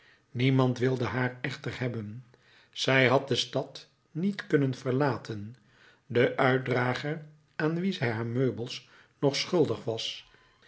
niemand wilde haar echter hebben zij had de stad niet kunnen verlaten de uitdrager aan wien zij haar meubels nog schuldig was